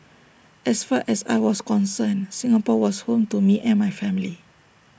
as far as I was concerned Singapore was home to me and my family